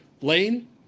Lane